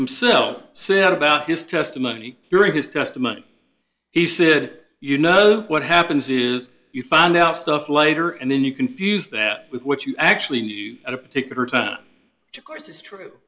himself said about his testimony during his testimony he said you know what happens is you find out stuff later and then you confuse that with what you actually need at a particular time course is true